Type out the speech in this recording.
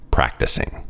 Practicing